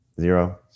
Zero